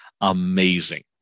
amazing